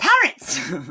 parents